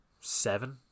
Seven